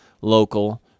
local